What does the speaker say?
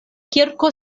kirko